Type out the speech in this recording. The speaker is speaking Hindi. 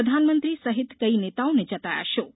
प्रधानमंत्री सहित कई नेताओं ने जताया शोक